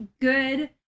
good